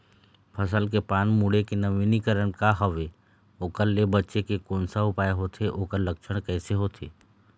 फसल के पान मुड़े के नवीनीकरण का हवे ओकर ले बचे के कोन सा उपाय होथे ओकर लक्षण कैसे होथे?